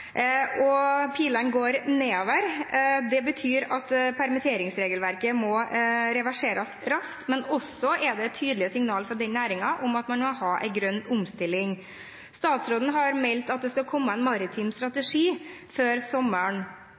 og pilene går nedover. Det betyr at permitteringsregelverket må reverseres raskt, men det er også tydelige signaler fra den næringen om at man må ha en grønn omstilling. Statsråden har meldt at det skal komme en maritim strategi før sommeren,